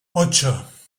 ocho